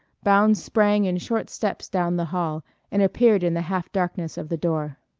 bounds sprang in short steps down the hall and appeared in the half darkness of the door.